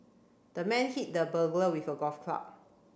the man hit the burglar with a golf club